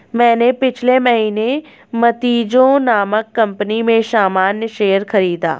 मैंने पिछले महीने मजीतो नामक कंपनी में सामान्य शेयर खरीदा